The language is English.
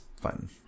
fun